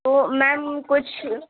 تو میم کچھ